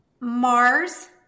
Mars